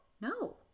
No